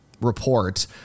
Report